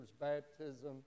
baptism